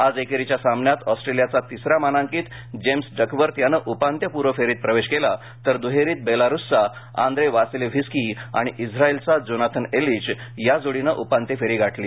आज एकेरीच्या सामन्यात ऑस्ट्रेलियाचा तिसरा मानांकित जेम्स डकवर्थ यानं उपांत्यपुर्व फेरीत प्रवेश केला तर दुहेरीत बेलारुसचा आंद्रे वासिलेव्हीस्की आणि ईस्त्राईलचा जोनाथन एर्लिच या जोडीनं उपांत्य फेरी गाठली